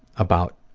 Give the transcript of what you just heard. about